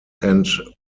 and